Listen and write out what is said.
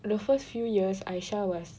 the first few years Aisyah was